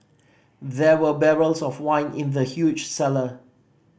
there were barrels of wine in the huge cellar